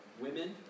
women